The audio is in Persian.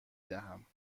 دهم